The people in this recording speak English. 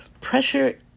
pressure